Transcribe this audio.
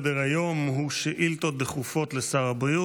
ברשות יושב-ראש